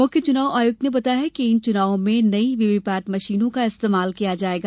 मुख्य चुनाव आयुक्त ने बताया कि इन चुनावों में नई वी वी पैट मशीनों का इस्तेमाल किया जायेगा